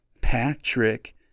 patrick